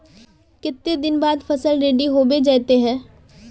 केते दिन बाद फसल रेडी होबे जयते है?